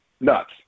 nuts